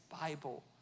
Bible